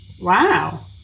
wow